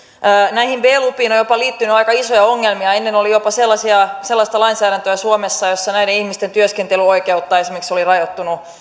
näihin b lupiin on jopa liittynyt aika isoja ongelmia ennen oli jopa sellaista lainsäädäntöä suomessa jossa esimerkiksi näiden ihmisten työskentelyoikeutta oli rajoitettu